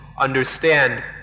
understand